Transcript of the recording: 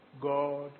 God